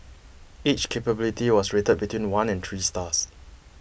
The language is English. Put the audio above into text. each capability was rated between one and three stars